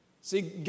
See